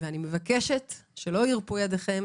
אני מבקשת שלא ירפו ידיכם